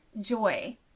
joy